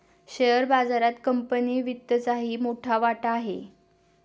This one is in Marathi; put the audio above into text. शेअर बाजारात कंपनी वित्तचाही मोठा वाटा आहे